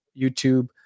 YouTube